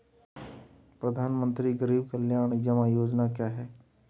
प्रधानमंत्री गरीब कल्याण जमा योजना क्या है?